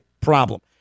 problem